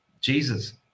Jesus